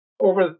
over